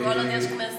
כל עוד יש כנסת.